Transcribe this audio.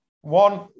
One